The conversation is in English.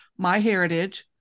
MyHeritage